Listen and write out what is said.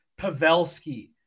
Pavelski